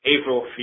April